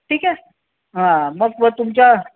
ठीक आहे हां मग ब तुमच्या